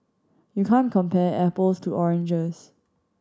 you can't compare apples to oranges